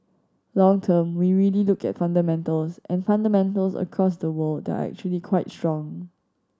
long term we really look at fundamentals and fundamentals across the world are actually quite strong